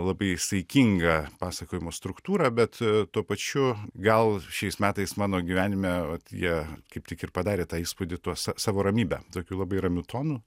labai saikinga pasakojimo struktūra bet tuo pačiu gal šiais metais mano gyvenime vat jie kaip tik ir padarė tą įspūdį tuos sa savo ramybe tokių labai ramiu tonu